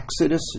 Exodus